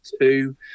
two